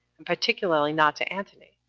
and particularly not to antony,